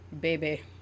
baby